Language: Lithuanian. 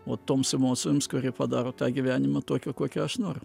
vo toms emocijoms kurie padaro tą gyvenimą tokį kokį aš noriu